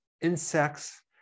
insects